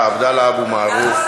עבדאללה אבו מערוף.